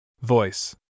Voice